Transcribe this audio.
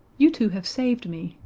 you two have saved me.